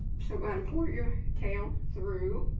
so go ahead and pull your tail through